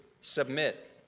Submit